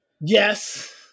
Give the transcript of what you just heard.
Yes